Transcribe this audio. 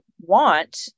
want